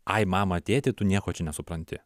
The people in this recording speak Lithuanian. ai mama tėti tu nieko čia nesupranti